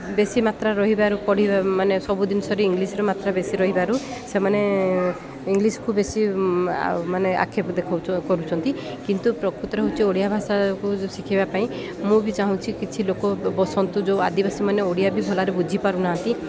ବେଶୀ ମାତ୍ରା ରହିବାରୁ ପଢ଼ିବା ମାନେ ସବୁ ଜିନିଷରେ ଇଂଲିଶରେ ମାତ୍ରା ବେଶି ରହିବାରୁ ସେମାନେ ଇଂଲିଶକୁୁ ବେଶୀ ମାନେ ଆକ୍ଷେପ ଦେଖଉଛ କରୁଛନ୍ତି କିନ୍ତୁ ପ୍ରକୃତରେ ହେଉଛି ଓଡ଼ିଆ ଭାଷାକୁ ଶିଖାଇବା ପାଇଁ ମୁଁ ବି ଚାହୁଁଛି କିଛି ଲୋକ ବସନ୍ତୁ ଯେଉଁ ଆଦିବାସୀ ମାନେ ଓଡ଼ିଆ ବି ଭଲରେ ବୁଝିପାରୁନାହାନ୍ତି